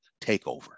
takeover